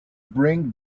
bring